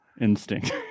instinct